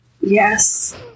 yes